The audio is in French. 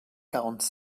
quarante